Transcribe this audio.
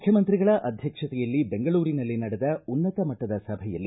ಮುಖ್ಯಮಂತ್ರಿಗಳ ಅಧ್ಯಕ್ಷತೆಯಲ್ಲಿ ಬೆಂಗಳೂರಿನಲ್ಲಿ ನಡೆದ ಉನ್ನತ ಮಟ್ಟದ ಸಭೆಯಲ್ಲಿ